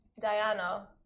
Diana